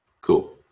Cool